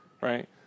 right